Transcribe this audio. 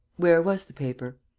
where was the paper?